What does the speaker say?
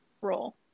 role